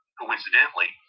coincidentally